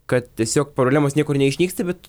kad tiesiog problemos niekur neišnyksta bet